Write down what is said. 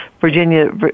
Virginia